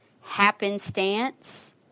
happenstance